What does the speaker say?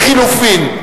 לחלופין,